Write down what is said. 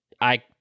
I-